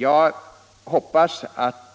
Jag hoppas att